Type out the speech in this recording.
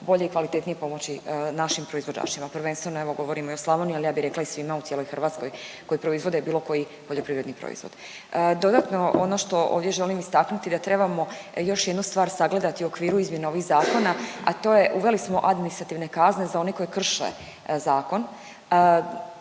bolje i kvalitetnije pomoći našim proizvođačima, prvenstveno evo govorimo i o Slavoniji, ali ja bih rekla i svima u cijeloj Hrvatskoj koji proizvode bilo koji poljoprivredni proizvod. Dodatno ono što ovdje želim istaknuti da trebamo još jednu stvar sagledati u okviru izmjena ovih zakona a to je uveli smo administrativne kazne za one koji krše zakon.